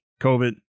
COVID